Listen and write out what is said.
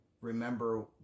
remember